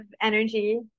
energy